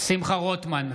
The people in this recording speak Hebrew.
שמחה רוטמן,